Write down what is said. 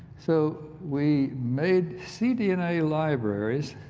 so we made cdna libraries